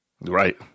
Right